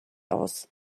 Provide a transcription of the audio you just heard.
aus